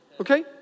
Okay